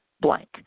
blank